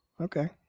Okay